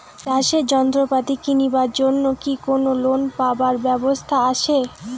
চাষের যন্ত্রপাতি কিনিবার জন্য কি কোনো লোন পাবার ব্যবস্থা আসে?